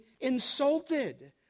insulted